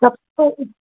कतहु